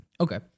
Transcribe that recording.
Okay